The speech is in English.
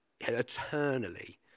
eternally